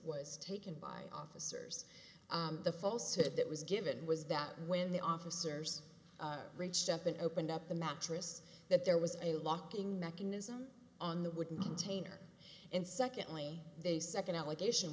was taken by officers the false if that was given was that when the officers reached up and opened up the mattress that there was a lock being mechanism on the wooden container and secondly they second allegation